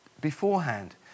beforehand